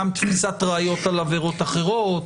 גם תפיסת ראיות על עבירות אחרות.